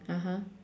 (uh huh)